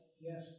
Yes